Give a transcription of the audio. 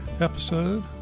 episode